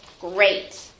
Great